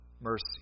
mercy